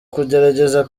kugerageza